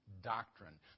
doctrine